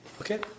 Okay